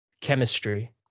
chemistry